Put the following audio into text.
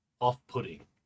off-putting